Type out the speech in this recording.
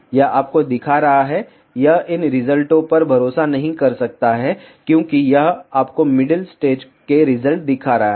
यह आपको दिखा रहा है यह इन रिजल्टों पर भरोसा नहीं कर सकता है क्योंकि यह आपको मिडिल स्टेज के रिजल्ट दिखा रहा है